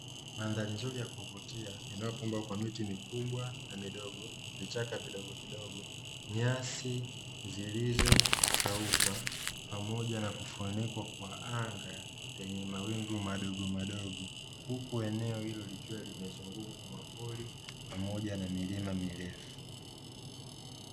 Mandhari nzuri ya kuvutia inayo pambwa kwa miti mikubwa, vichaka vidogovidogo, Nyasi zilizokauka pamoja na kufunikwa kwa anga lenye mawingu madogomadogo, huku eneo hilo likiwa limezungu kwa mapori na milima mirefu.